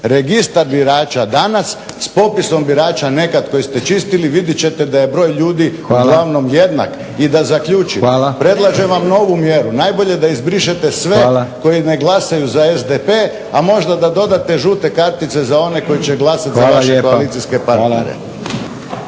registar birača danas s popisom birača nekad koji ste čistili vidjet ćete da je broj ljudi uglavnom jednak. **Leko, Josip (SDP)** Hvala. **Mlakar, Davorin (HDZ)** I da zaključim, predlažem vam novu mjeru, najbolje da izbrišete sve koji ne glasaju za SDP-a a možda da dodate žute kartice za one koji će glasati za vaše koalicijske partnere.